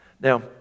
Now